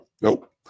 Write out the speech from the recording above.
Nope